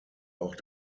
auch